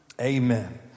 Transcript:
Amen